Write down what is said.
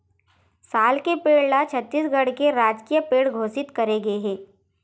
साल के पेड़ ल छत्तीसगढ़ के राजकीय पेड़ घोसित करे गे हे